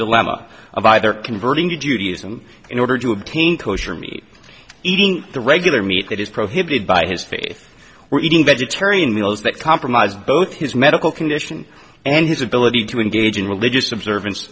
dilemma of either converting to judaism in order to obtain kosher meat eating the regular meat that is prohibited by his faith or eating vegetarian meals that compromise both his medical condition and his ability to engage in religious observance